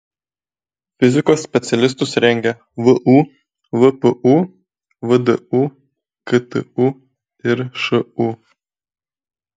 fizikos specialistus rengia vu vpu vdu ktu ir šu